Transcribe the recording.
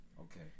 Okay